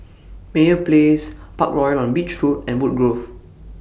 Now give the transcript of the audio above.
Meyer Place Parkroyal on Beach Road and Woodgrove